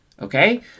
okay